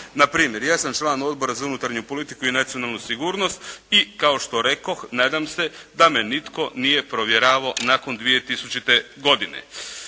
Na primjer ja sam član Odbora za unutarnju politiku i nacionalnu sigurnost i kao što rekoh, nadam se, da me nitko nije provjeravao nakon 2000. godine.